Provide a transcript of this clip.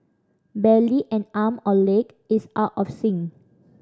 barely an arm or leg is out of sync